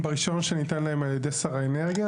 ברישיון שניתן להם על ידי שר האנרגיה.